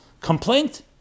complaint